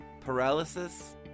Paralysis